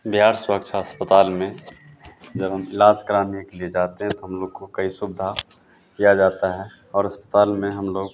बिहार सुरक्षा अस्पताल में जब हम इलाज कराने के लिए जाते हैं तो हम लोग को कई सुविधा दिया जाता है और अस्पताल में हम लोग